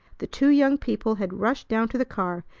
the two young people had rushed down to the car,